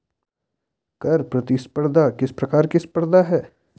कर प्रतिस्पर्धा किस प्रकार की स्पर्धा है?